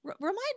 Remind